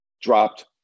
dropped